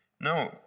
No